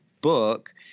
book